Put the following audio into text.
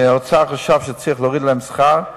שהאוצר חשב שצריך להוריד להם את השכר.